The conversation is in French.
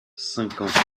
cinquante